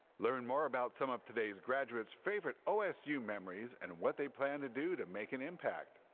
learn more about some of today's graduate's favorite osu memories and what they plan to do to make an impact,